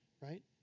right